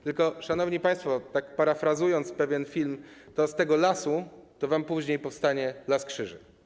Tylko, szanowni państwo, parafrazując pewien film, z tego lasu to wam później powstanie las krzyży.